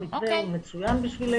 המתווה הוא מצוין בשבילנו.